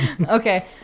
Okay